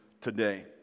today